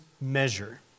measure